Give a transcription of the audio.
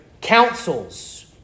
councils